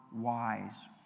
wise